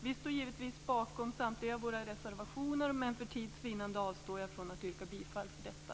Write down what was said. Vi står givetvis bakom samtliga våra reservationer, men för tids vinnande avstår jag från att yrka bifall till dessa.